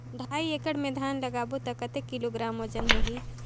ढाई एकड़ मे धान लगाबो त कतेक किलोग्राम वजन होही?